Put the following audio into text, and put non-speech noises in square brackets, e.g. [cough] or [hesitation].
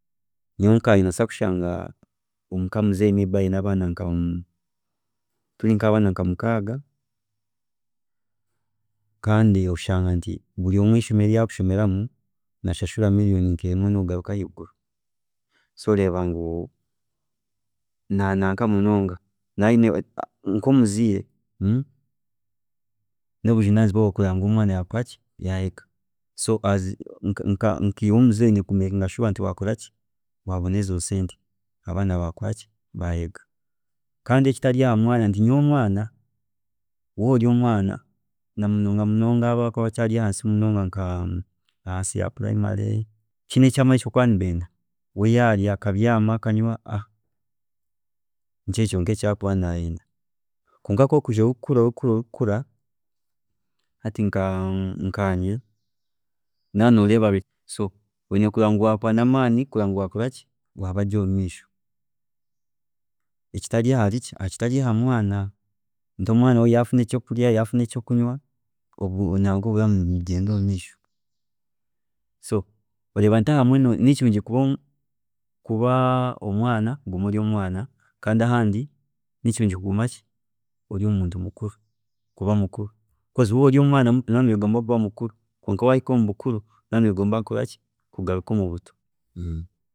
﻿Nyowe nkanye nimbaasa kushangaomuka muzeyi ayine abaana nka, turi nk'abaana nka mukaaga kandi oshanga nti buri omwe ishomero eri arikushomeramu nashashura million nka emwe nokugaruka ahiguru, so oreeba ngu nanaanka munonga, naaba ayine nkomuziire [hesitation] oreeba ngu nkomuziire, nobujunaanizibwa bwaawe kureeba nti omwana yakoraki, yayega, so iwe nkomuziire oyine kureeba ngu wakoraki, waronda ezo sente omwaana yayega, kandi ekitari aha mwaana na muno muno nkaabo aba primary, tihiine ekyamaani eki barikuba nibenda, we yaarya, akanywa akabyaama nikyo kyonka eki arikuba nayenda kwonka kwori kwiija okurikura hati nkanye oyine kureeba ngu wakora namaani kureeba ngu wagyenda omumiisho ekitari ahari ki, ekitari ahamwaana, hati omwaana we yatunga ekyokurya, yafuna ekyokunywa oreeba nti obu- obanankogu oburamu nibugyenda omumiisho, so oreeba ngu ahamwe nikirungi kuba kuba omwana kandi hani ahamwe nikirungi kuba kuba mukuru, waaba ori muto nooba noyegomba obukuru kwonka kwori kukura, oyegomba obuto [hesitation]